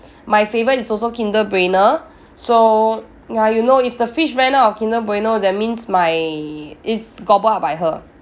my favourite is also kinder bueno so ya you know if the fridge ran out of kinder bueno that means my it's gobbled up by her